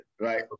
Right